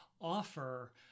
offer